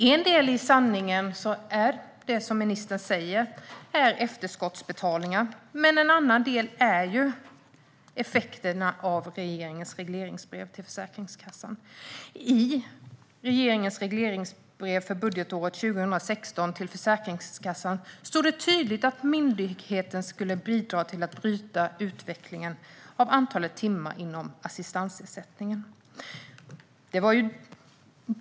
En del i sanningen är, som ministern sa, efterskottsutbetalningar, men en annan del är effekterna av regeringens regleringsbrev till Försäkringskassan. I regleringsbrevet för budgetåret 2016 stod det tydligt att myndigheten skulle bidra till att bryta utvecklingen av antalet timmar inom assistansersättningen.